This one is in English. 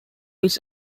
his